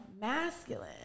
masculine